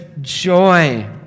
joy